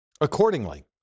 Accordingly